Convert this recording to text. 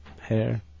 Hair